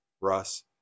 Russ